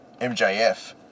MJF